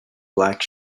black